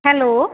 hello